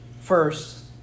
First